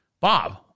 Bob